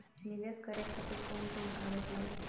नीवेश करे खातिर कवन कवन कागज लागि?